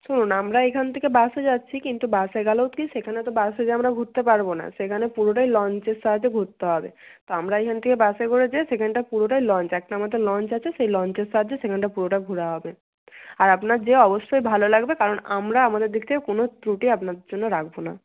শুনুন আমরা এইখান থেকে বাসে যাচ্ছি কিন্তু বাসে গেলেও কী সেখানে তো বাসে যেয়ে আমরা ঘুরতে পারব না সেখানে পুরোটাই লঞ্চের সাহায্যে ঘুরতে হবে তো আমরা এখান থেকে বাসে করে যেয়ে সেখানটা পুরোটাই লঞ্চ একটা আমাদের লঞ্চ আছে সেই লঞ্চের সাহায্যে সেখানটা পুরোটা ঘোরা হবে আর আপনার যেয়ে অবশ্যই ভালো লাগবে কারণ আমরা আমাদের দিক থেকে কোনো ত্রুটি আপনাদের জন্য রাখব না